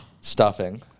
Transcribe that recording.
Stuffing